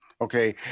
Okay